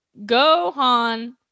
Gohan